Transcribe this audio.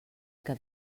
que